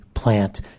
Plant